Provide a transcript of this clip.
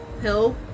Hill